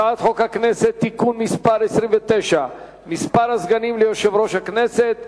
הצעת חוק הכנסת (תיקון מס' 29) (מספר הסגנים ליושב-ראש הכנסת),